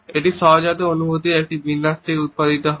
এটি সহজাত অনুভূতির একটি বিন্যাস থেকে উত্পাদিত হয়